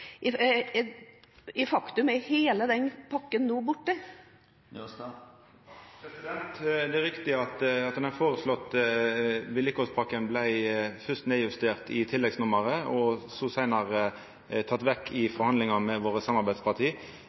arbeidsledighet, som et faktum er borte? Det er riktig at den foreslåtte vedlikehaldspakka fyrst vart nedjustert i tilleggsnummeret, og seinare teken vekk i forhandlingane med våre samarbeidsparti.